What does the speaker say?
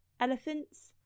elephants